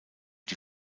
die